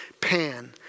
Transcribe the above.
Pan